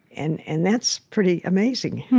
and and that's pretty amazing.